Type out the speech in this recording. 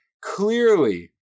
Clearly